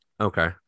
Okay